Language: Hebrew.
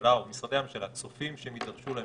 שהממשלה או משרדי הממשלה צופים שהם יידרשו להן